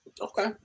Okay